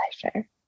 pleasure